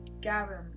Gavin